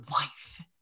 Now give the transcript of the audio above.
life